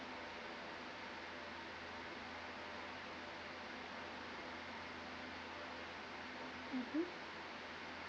mmhmm